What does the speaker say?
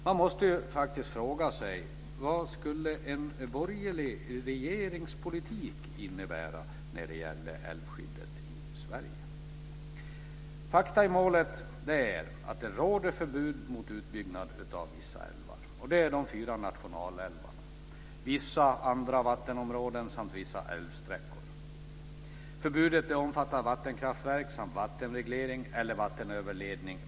Man måste fråga sig vad en borgerlig regeringspolitik skulle innebära när det gäller älvskyddet i Fakta i målet är att det råder förbud mot utbyggnad av vissa älvar. Det är de fyra nationalälvarna, vissa andra vattenområden samt vissa älvsträckor.